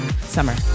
summer